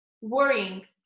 worrying